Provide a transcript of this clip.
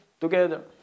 together